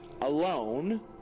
alone